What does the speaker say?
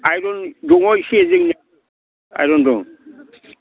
iron दङ इसे जोंनियाबो आयरन दं